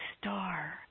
star